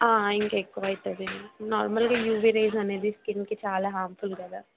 ఇంకెక్కువవుతుంది నార్మల్గా UV rays అనేది స్కిన్కి చాలా హామ్ఫుల్ కదా